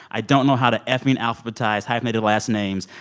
i don't know how to effing alphabetize hyphenated last names.